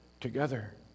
together